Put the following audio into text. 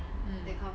mm